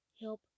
Help